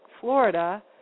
Florida